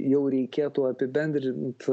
jau reikėtų apibendrint